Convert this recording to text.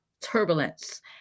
turbulence